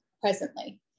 presently